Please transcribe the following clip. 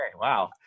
wow